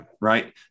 Right